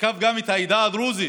תקף גם את העדה הדרוזית